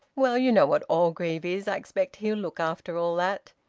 well, you know what orgreave is! i expect he'll look after all that.